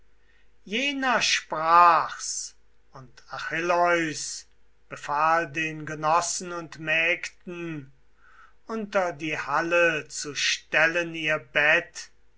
jener sprach's und achilleus befahl den genossen und mägden unter die halle zu stellen ihr bett